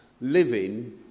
living